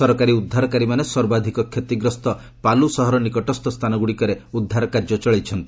ସରକାରୀ ଉଦ୍ଧାରକାରୀମାନେ ସର୍ବାଧିକ କ୍ଷତିଗ୍ରସ୍ତ ପାଲ୍ର ସହର ନିକଟସ୍ଥ ସ୍ଥାନଗୁଡ଼ିକରେ ଉଦ୍ଧାର କାର୍ଯ୍ୟ ଚଳାଇଛନ୍ତି